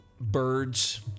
birds